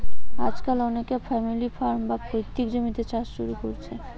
আজকাল অনেকে family farm, বা পৈতৃক জমিতে চাষ শুরু কোরছে